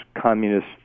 communist